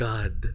God